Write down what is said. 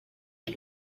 eat